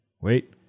Wait